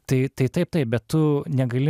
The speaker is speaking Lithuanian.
tai tai taip taip bet tu negali